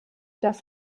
darf